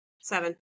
seven